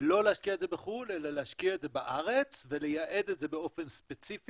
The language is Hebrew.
לא להשקיע את זה בחו"ל אלא להשקיע את זה בארץ ולייעד את זה באופן ספציפי